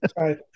Right